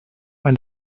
when